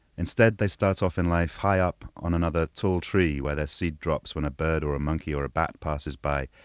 instead, they start off in life high up on another tall tree, where their seed drops when a bird or a monkey or a bat passes by.